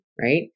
right